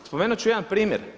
Spomenut ću jedan primjer.